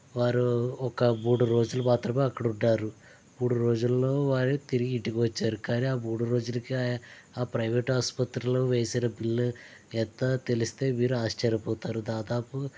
వారు ఒక మూడు రోజులు మాత్రమే అక్కడ ఉన్నారు మూడు రోజులలో వారు తిరిగి ఇంటికి వచ్చారు కానీ ఆ మూడు రోజులకు ఆ ప్రైవేట్ హాస్పత్రిలో వేసిన బిల్లు ఎంతో తెలిస్తే మీరు ఆర్చర్యపోతారు దాదాపు